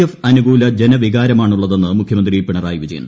F അനുകൂല ജനവികാരമാണുള്ളതെന്ന് മുഖ്യമന്ത്രി പിണറായി വിജയൻ